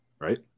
Right